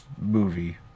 movie